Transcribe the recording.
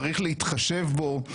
צריך להתחשב בו,